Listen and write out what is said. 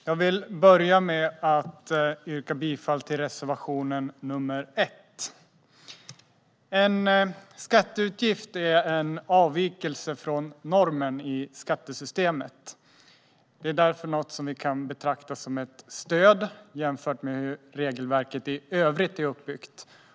Herr talman! Jag yrkar bifall till reservation nr 1. En skatteutgift är en avvikelse från normen i skattesystemet. Den är därför att betrakta som ett stöd, jämfört med hur regelverket i övrigt är uppbyggt.